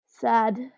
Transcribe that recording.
Sad